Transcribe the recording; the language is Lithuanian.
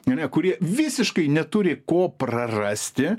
ar ne tie kurie visiškai neturi ko prarasti